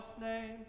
name